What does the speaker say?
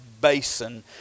basin